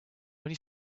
when